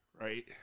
Right